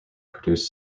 produce